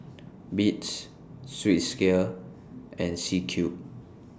Beats Swissgear and C Cube